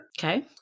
Okay